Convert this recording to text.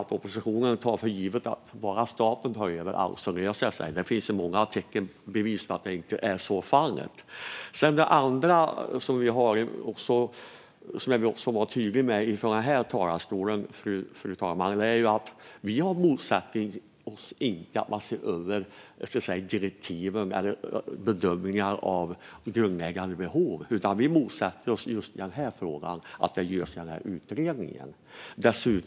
Oppositionen tar för givet att allt löser sig bara staten tar över, men det finns många bevis på att så inte är fallet. Jag vill också vara tydlig med att vi inte motsätter oss att man ser över direktiven för bedömning av grundläggande behov. Det vi motsätter oss är att det görs i denna utredning.